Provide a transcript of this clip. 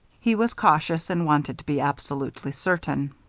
he was cautious and wanted to be absolutely certain.